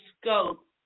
scope